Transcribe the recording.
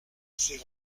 c’est